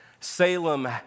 Salem